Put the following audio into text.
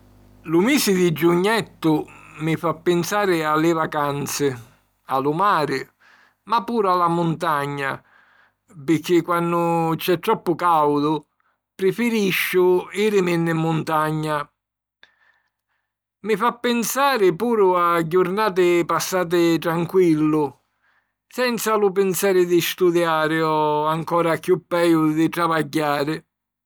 Lu misi di giugnettu mi fa pinsari a li vacanzi, a lu mari, ma puru a la muntagna, pirchì quannu c'è troppu càudu, prifirisciu jiriminni 'n muntagna. Mi fa pinsari puru a jurnati passati tranquillu, senza lu pinseri di studiari o, ancora chiù peju, di travagghiari.